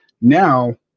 Now